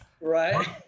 right